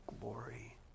glory